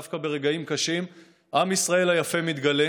דווקא ברגעים קשים עם ישראל היפה מתגלה,